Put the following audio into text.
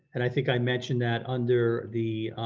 and i think i mentioned that under the